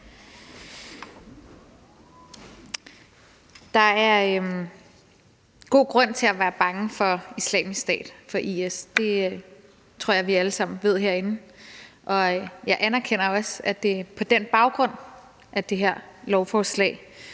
Der er god grund til at være bange for Islamisk Stat, for IS, og det tror jeg vi alle sammen ved herinde. Jeg anerkender også, at det er på den baggrund, at det her lovforslag